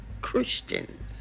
Christians